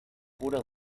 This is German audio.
oder